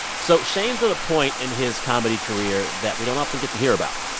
so shane's at a point in his comedy career that we don't often get to hear about.